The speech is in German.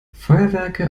feuerwerke